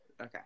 Okay